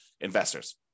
investors